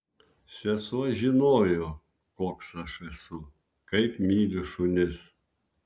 sesuo žinojo koks aš esu kaip myliu šunis